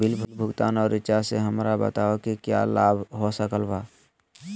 Bill भुगतान और recharge से हमरा बताओ कि क्या लाभ हो सकल बा?